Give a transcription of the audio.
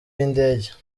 w’indege